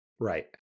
Right